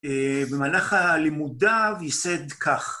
במהלך הלימודיו ייסד כך.